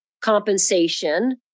compensation